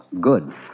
good